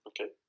Okay